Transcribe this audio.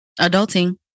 adulting